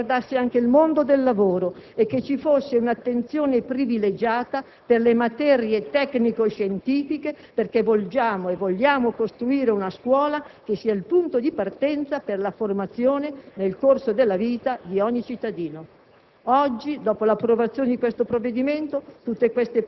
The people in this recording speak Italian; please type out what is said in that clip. Per questo abbiamo fortemente voluto che l'orientamento riguardasse anche il mondo del lavoro e che ci fosse un'attenzione privilegiata per le materie tecnico-scientifiche: perché vogliamo costruire una scuola che sia il punto di partenza per la formazione nel corso della vita di ogni cittadino.